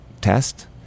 test